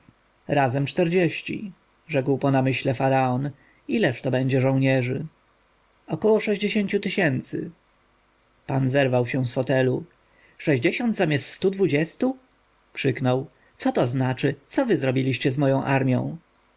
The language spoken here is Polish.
razem czterdzieści rzekł po namyśle faraon ileż to będzie żołnierzy około sześćdziesięciu tysięcy pan zerwał się z fotelu sześćdziesiąt zamiast stu dwudziestu krzyknął co to znaczy co wy zrobiliście z moją armją